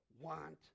want